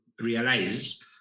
realize